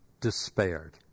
despaired